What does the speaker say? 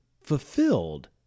fulfilled